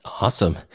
Awesome